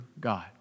God